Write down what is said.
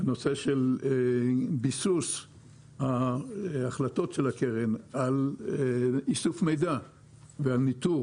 הנושא של ביסוס ההחלטות של הקרן על איסוף מידע ועל ניטור